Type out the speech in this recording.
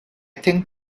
think